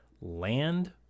land